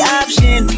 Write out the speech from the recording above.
option